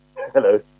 hello